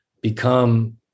become